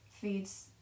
feeds